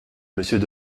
monsieur